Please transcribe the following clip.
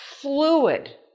fluid